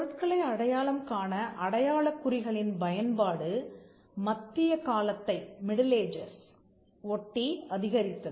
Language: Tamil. பொருட்களை அடையாளம் காண அடையாளக் குறிகளின் பயன்பாடுமத்திய காலத்தை ஒட்டி அதிகரித்தது